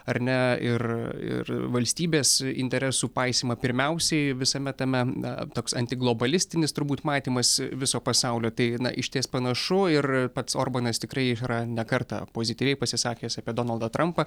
ar ne ir ir valstybės interesų paisymą pirmiausiai visame tame toks antiglobalistinis turbūt matymas viso pasaulio tai na išties panašu ir pats orbanas tikrai yra ne kartą pozityviai pasisakęs apie donaldą trumpą